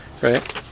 Right